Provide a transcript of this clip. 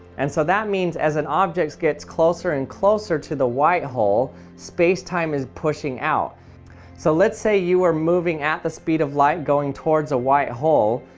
and so that means as an object gets closer and closer to the white hole space-time is pushing out so let's say you are moving at the speed of light going towards a white hole,